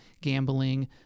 gambling